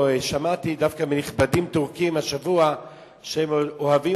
שמעתי דווקא מנכבדים טורקים השבוע שהם אוהבים